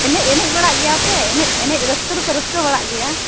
ᱮᱱᱮᱡ ᱮᱱᱮᱡ ᱵᱟᱲᱟᱜ ᱜᱮᱭᱟᱯᱮ ᱮᱱᱮᱡ ᱮᱱᱮᱡ ᱨᱟᱹᱥᱠᱟᱹ ᱫᱚᱯᱮ ᱨᱟᱹᱥᱠᱟᱹ ᱵᱟᱲᱟᱜ ᱜᱮᱭᱟ